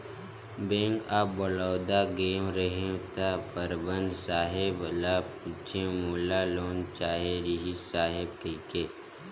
bank of Baroda गेंव रहेव त परबंधक साहेब ल पूछेंव मोला लोन चाहे रिहिस साहेब कहिके